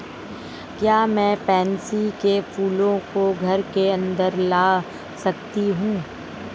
क्या मैं पैंसी कै फूलों को घर के अंदर लगा सकती हूं?